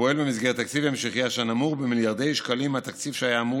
אשר נמוך במיליארדי שקלים מהתקציב שהיה אמור